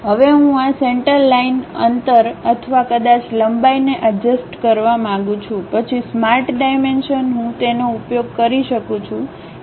હવે હું આ સેન્ટરલાઈનઅંતર અથવા કદાચ લંબાઈને અડજસ્ત કરવા માંગુ છું પછી સ્માર્ટ ડાઇમેંશનહું તેનો ઉપયોગ કરી શકું છું